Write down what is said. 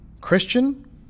Christian